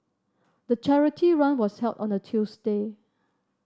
the charity run was held on a Tuesday